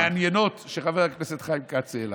המעניינות שחבר הכנסת חיים כץ העלה.